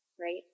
right